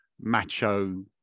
macho